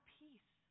peace